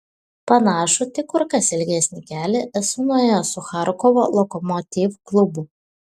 panašų tik kur kas ilgesnį kelią esu nuėjęs su charkovo lokomotiv klubu